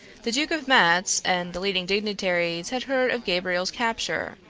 the duke of matz and the leading dignitaries had heard of gabriel's capture,